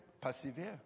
persevere